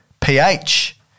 pH